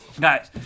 Guys